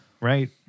right